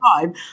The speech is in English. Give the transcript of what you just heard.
time